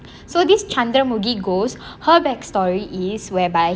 so this Chandramukhi goes her back story is whereby